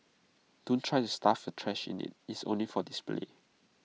don't try to stuff your trash in IT is only for display